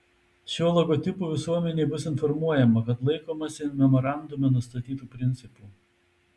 šiuo logotipu visuomenė bus informuojama kad laikomasi memorandume nustatytų principų